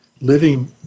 Living